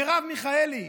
מרב מיכאלי,